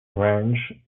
range